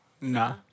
Nah